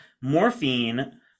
Morphine